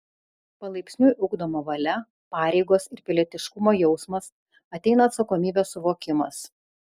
palaipsniui ugdoma valia pareigos ir pilietiškumo jausmas ateina atsakomybės suvokimas